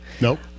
Nope